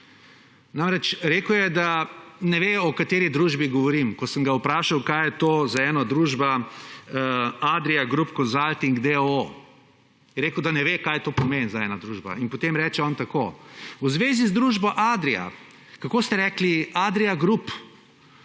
Namreč, rekel je, da ne ve, o kateri družbi govorim, ko sem ga vprašal, kaj je to za ena družba Adria Group Consulting d. o. o. Je rekel, da ne ve, kaj to pomeni, za ena družba in potem reče on tako, »V zvezi z družbo Adria, kako ste rekli, Adria Group,